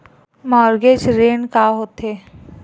Mortgage ऋण का होथे?